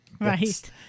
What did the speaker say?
Right